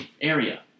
area